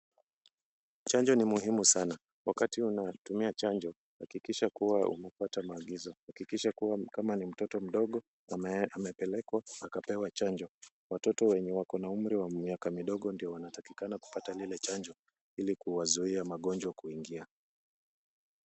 Chanjo ni muhimu sana. Wakati unatumia chanjo, hakikisha kuwa umefuata maagizo. Hakikisha kuwa kama ni mtoto mdogo amepelekwa akapewa chanjo. Watoto wenye wako na umri wa miaka midogo ndio wanatakikana kupata lile chanjo ili kuwazuia magonjwa kuingia.